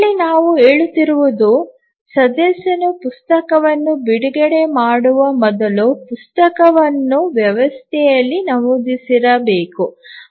ಇಲ್ಲಿ ನಾವು ಹೇಳುತ್ತಿರುವುದು ಸದಸ್ಯನು ಪುಸ್ತಕವನ್ನು ಬಿಡುಗಡೆ ಮಾಡುವ ಮೊದಲು ಪುಸ್ತಕವನ್ನು ವ್ಯವಸ್ಥೆಯಲ್ಲಿ ನಮೂದಿಸಿರಬೇಕು